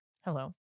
Hello